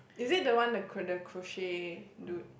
is it the one the cr~ the crochet dude